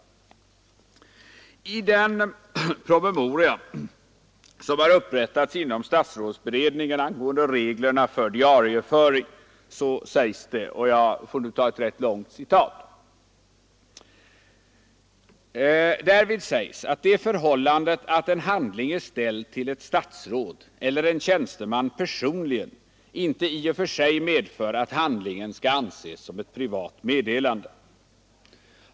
I den promemoria som har upprättats inom statsrådsberedningen angående reglerna för diarieföring — den återfinns som underbilaga 1 till bilaga 11 — sägs det: ”Att en handling är ställd till ett statsråd eller en tjänsteman personligen medför inte i och för sig att handlingen skall anses som ett privat meddelande.